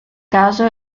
caso